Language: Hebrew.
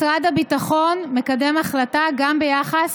משרד הביטחון מקדם החלטה גם ביחס